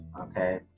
okay